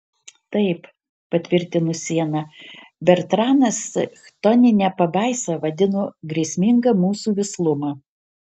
taip patvirtino siena bertranas chtonine pabaisa vadino grėsmingą mūsų vislumą